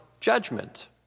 judgment